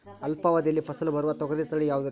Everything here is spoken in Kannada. ಅಲ್ಪಾವಧಿಯಲ್ಲಿ ಫಸಲು ಬರುವ ತೊಗರಿ ತಳಿ ಯಾವುದುರಿ?